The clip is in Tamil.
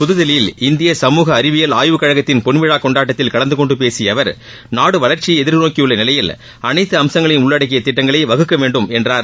புதுதில்லியில் இந்திய சமூக அறிவியல் ஆய்வுக் கழகத்தின் பொன்விழா கொண்டாட்டத்தில் கலந்து கொண்டு பேசிய அவர் நாடு வளர்ச்சியை எதிர்நோக்கியுள்ள நிலையில் அனைத்து அம்சங்களையும் உள்ளடக்கிய திட்டங்களை வகுக்க வேண்டும் என்றார்